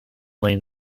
lane